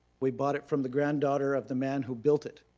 we bought it from the granddaughter of the man who built it.